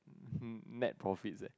net profit eh